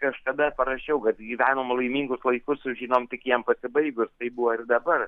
tai aš tada parašiau kad gyvenom laimingus laikus sužinom tik jiem pasibaigus taip buvo ir dabar